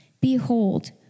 Behold